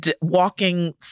walking